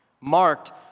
marked